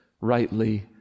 rightly